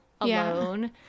alone